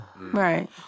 right